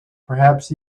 perhaps